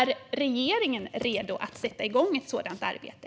Är regeringen redo att sätta igång ett sådant arbete?